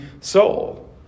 soul